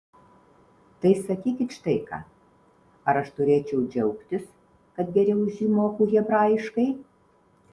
tai sakykit štai ką ar aš turėčiau džiaugtis kad geriau už jį moku hebrajiškai